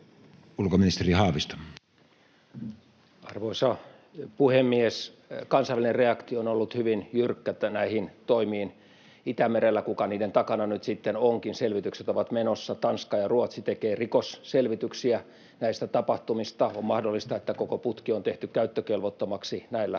Ulkoministeri Haavisto. Arvoisa puhemies! Kansainvälinen reaktio on ollut hyvin jyrkkä näihin toimiin Itämerellä — kuka niiden takana nyt sitten onkin. Selvitykset ovat menossa, Tanska ja Ruotsi tekevät rikosselvityksiä näistä tapahtumista. On mahdollista, että koko putki on tehty käyttökelvottomaksi näillä toimenpiteillä.